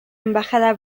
embajada